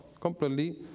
completely